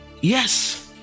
Yes